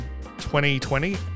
2020